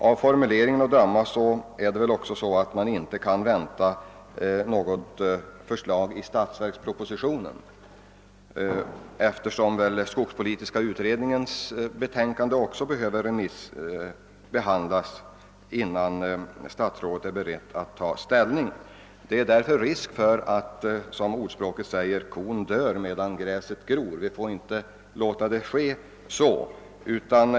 Av formuleringen i svaret att döma kan man inte heller vänta något förslag i statsverkspropositionen, eftersom skogspolitiska utredningens betänkande också förmodligen behöver remissbehandlas innan statsrådet är beredd att ta ställning. Det är därför risk för att det går som det sägs i ordspråket: »Medan gräset gror, dör kon.» Så får det inte gå.